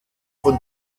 von